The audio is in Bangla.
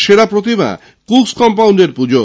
সেরা প্রতিমা কুকস কমপাউন্ডের পুজো